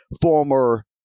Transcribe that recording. former